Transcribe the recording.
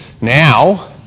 now